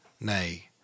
Nay